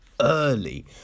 early